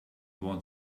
want